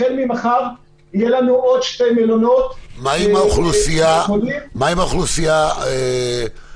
החל ממחר יהיו לנו עוד שני מלונות --- מה עם אוכלוסיית מיעוטים?